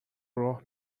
راه